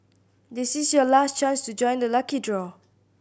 this is your last chance to join the lucky draw